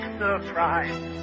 surprise